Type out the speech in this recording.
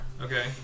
Okay